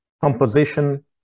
composition